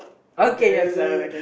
okay